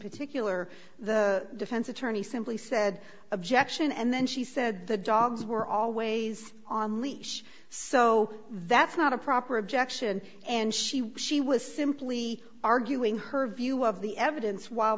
particular the defense attorney simply said objection and then she said the dogs were always on leash so that's not a proper objection and she she was simply arguing her view of the evidence while